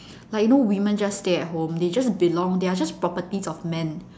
like you know women just stay at home they just belong they are just properties of men